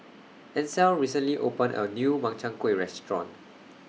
Ansel recently opened A New Makchang Gui Restaurant